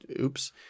Oops